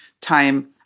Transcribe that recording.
time